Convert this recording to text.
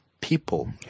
people